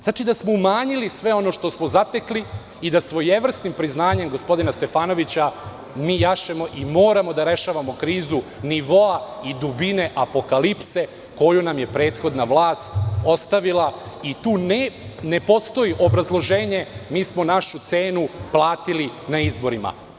Znači da smo umanjili sve ono što smo zatekli i da svojevrsnim priznanjem gospodina Stefanovića mi jašemo i moramo da rešavamo krizu nivoa i dubine apokalipse koju nam je prethodna vlast ostavila i tu ne postoji obrazloženje – mi smo našu cenu platili na izborima.